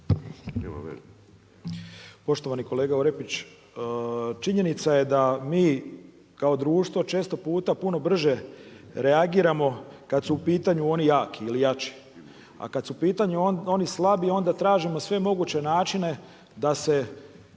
(MOST)** Poštovani kolega Orepić, činjenica je da mi kao društvo često puta puno brže reagiramo kad su pitanje oni jaki ili jači. A kad su u pitanju oni slabi, onda tražimo sve moguće načine da se